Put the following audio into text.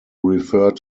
refer